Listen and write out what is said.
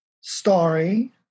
story